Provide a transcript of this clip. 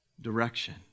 direction